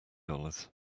dollars